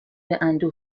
اندوه